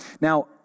Now